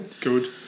Good